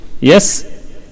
Yes